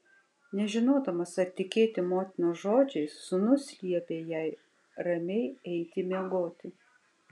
nežinodamas ar tikėti motinos žodžiais sūnus liepė jai ramiai eiti miegoti